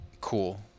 cool